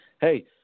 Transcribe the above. hey